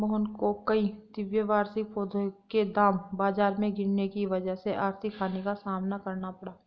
मोहन को कई द्विवार्षिक पौधों के दाम बाजार में गिरने की वजह से आर्थिक हानि का सामना करना पड़ा